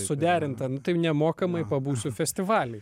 suderinta nu tai nemokamai pabūsiu festivaly